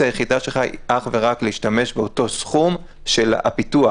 היחידה שלך היא אך ורק להשתמש באותו סכום של הפיתוח,